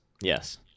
Yes